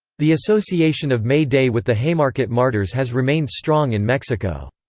the association of may day with the haymarket martyrs has remained strong in mexico.